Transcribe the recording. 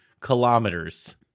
kilometers